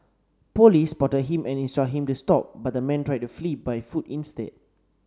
police spotted him and instruct him to stop but the man tried to flee by foot instead